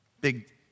big